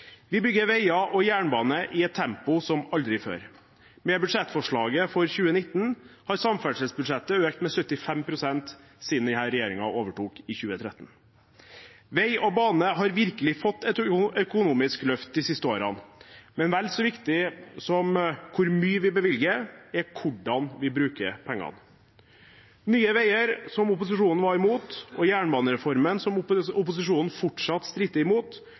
Vi bygger veier og jernbane i et tempo som aldri før. Med budsjettforslaget for 2019 har samferdselsbudsjettet økt med 75 pst. siden denne regjeringen overtok i 2013. Vei og bane har virkelig fått et økonomisk løft de siste årene, men vel så viktig som hvor mye vi bevilger, er hvordan vi bruker pengene. Nye Veier, som opposisjonen var imot, og jernbanereformen, som opposisjonen fortsatt stritter imot,